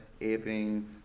aping